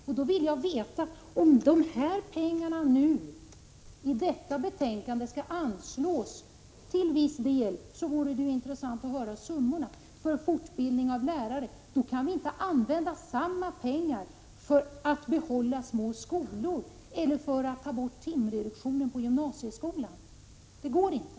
Om de pengar som centerpartiet talar om i detta betänkande skall anslås till viss del, vore det intressant att höra vilka summor som skall användas för fortbildning av lärare. Samma pengar kan inte användas för att bibehålla små skolor eller för att ta bort timreduktionen på gymnasieskolan. Det går inte.